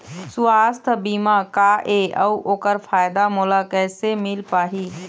सुवास्थ बीमा का ए अउ ओकर फायदा मोला कैसे मिल पाही?